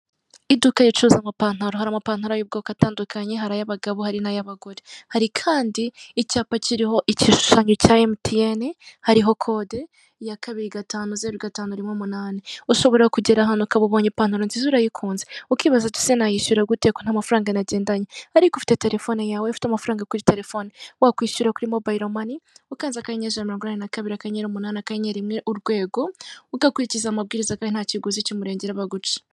Iduka ricuruza amapantalo, hari amapantalo y'ubwoko atandukanye hari ay'abagabo hari nay'abagore hari kandi icyapa kiriho ikishushanyo cya MTN hariho kode ya kabiri gatanu zeru gatanu rimwe umunani, ushobora kugera ahantu ukaba ubonye ipantalo nziza urayikunze ukibaza uti se nayishyura gute ko nta mafaranga nagendanye ariko ufite telefone yawe ufite amafaranga kuri telefone, wakwishyura kuri mobayilo mani ukanze akanyenyeri ijana na mirongo inani na kabiri akanyenyeri umunani akanyenyeri rimwe urwego, ugakurikiza amabwiriza kandi ntakiguzi cy'umurengera baguca.